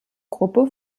gruppe